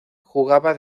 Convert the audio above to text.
jugaba